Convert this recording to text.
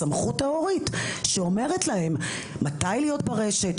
הסמכות ההורית שאומרת להם מתי להיות ברשת,